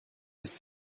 ist